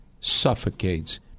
suffocates